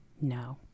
No